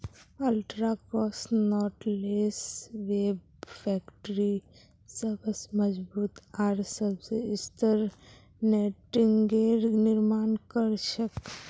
ultra cross knotless web factory सबस मजबूत आर सबस स्थिर नेटिंगेर निर्माण कर छेक